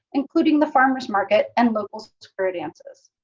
including the farmer's market and local square dances.